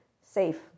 safe